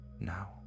now